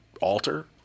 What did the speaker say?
alter